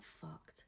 fucked